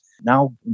Now